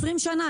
20 שנים?